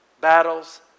battles